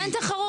אין תחרות.